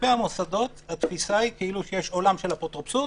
כלפי המוסדות התפיסה היא כאילו שיש עולם של אפוטרופסות